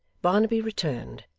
barnaby returned,